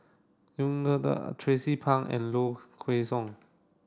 Yuen Tracie Pang and Low Kway Song